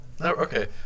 Okay